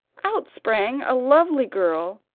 out sprang a lovely girl,